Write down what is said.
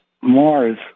Mars